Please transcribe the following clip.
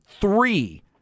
three –